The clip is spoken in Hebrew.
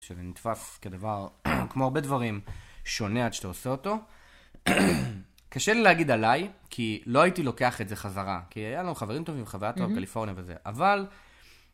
כשזה נתפס כדבר, כמו הרבה דברים, שונה עד שאתה עושה אותו. קשה לי להגיד עליי, כי לא הייתי לוקח את זה חזרה, כי היה לנו חברים טובים, חוויה טוב, קליפורניה וזה, אבל...